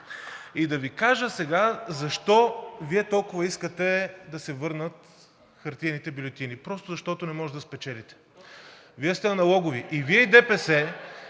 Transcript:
И да Ви кажа сега защо Вие толкова искате да се върнат хартиените бюлетини: защото не можете да спечелите! Вие сте аналогови. (Шум и